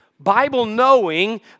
Bible-knowing